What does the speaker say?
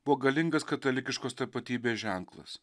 buvo galingas katalikiškos tapatybės ženklas